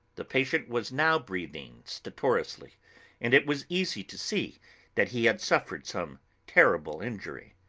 the patient was now breathing stertorously and it was easy to see that he had suffered some terrible injury.